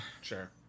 Sure